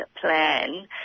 plan